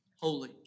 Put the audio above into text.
holy